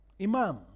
imam